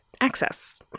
access